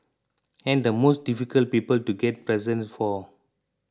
and the most difficult people to get presents for